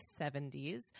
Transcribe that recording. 70s